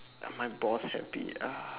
uh my boss happy ah